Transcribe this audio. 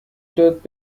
داد